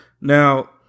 Now